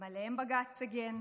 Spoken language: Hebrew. גם עליהם בג"ץ הגן,